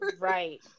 Right